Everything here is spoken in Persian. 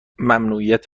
ممنوعیت